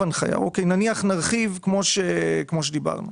גם אם נרחיב כמו שדיברנו,